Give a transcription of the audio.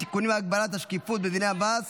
270) (תיקונים להגבלת השקיפות בדיני המס